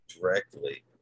directly